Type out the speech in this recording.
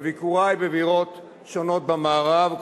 בביקורי בבירות שונות במערב,